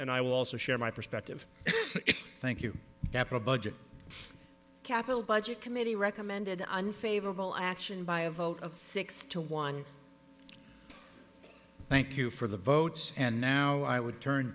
and i will also share my perspective thank you that the budget capital budget committee recommended unfavorable action by a vote of six to one thank you for the votes and now i would turn